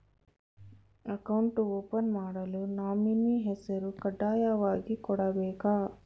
Account open ಮಾಡಲು nominee ಹೆಸರು ಕಡ್ಡಾಯವಾಗಿ ಕೊಡಬೇಕಾ?